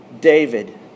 David